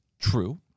True